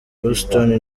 houston